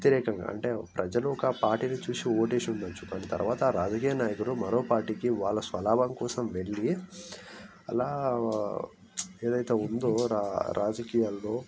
వ్యతిరేకంగా అంటే ప్రజలు ఒక పార్టీని చూసి ఓటు వేసి ఉండచ్చు అది తరువాత రాజకీయ నాయకులు మరో పార్టీకి వాళ్ళ స్వలాభం కోసం వెళ్ళి అలా ఏదైతే ఉందో రాజకీయాలలో